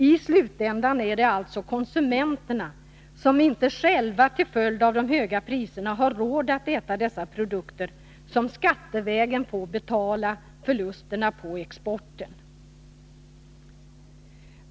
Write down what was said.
I slutändan är det alltså konsumenterna — som inte själva till följd av de höga priserna har råd att äta dessa produkter — som skattevägen får betala förlusterna på exporten.